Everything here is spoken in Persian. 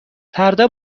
فردا